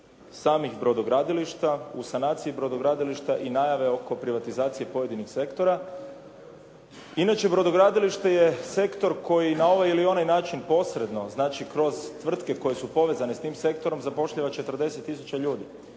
samih brodogradilišta, u sanaciji brodogradilišta i najave oko privatizacije pojedinih sektora. Inače, brodogradilište je sektor koji na ovaj ili onaj način posredno, znači kroz tvrtke koje su povezane s tim sektorom zapošljava 40 tisuća ljudi.